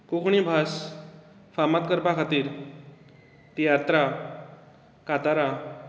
कोंकणी भास फामाद करपा खातीर तियात्रां कांतारां